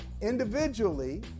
individually